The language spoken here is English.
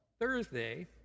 Thursday